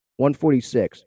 146